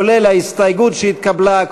כולל ההסתייגות שהתקבלה,